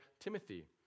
Timothy